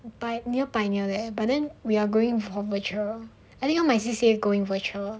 pio~ near pioneer there but then we're going for virtual all my C_C_A going virtual